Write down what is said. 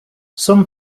some